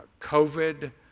COVID